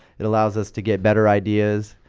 it allows us to get better ideas.